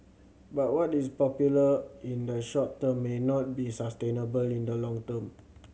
but what is popular in the short term may not be sustainable in the long term